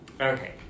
Okay